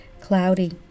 cloudy